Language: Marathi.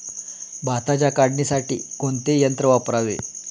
भाताच्या काढणीसाठी कोणते यंत्र वापरावे?